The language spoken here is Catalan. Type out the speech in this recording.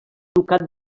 ducat